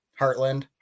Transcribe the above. heartland